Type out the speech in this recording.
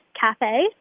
Cafe